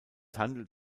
handelt